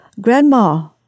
Grandma